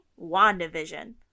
WandaVision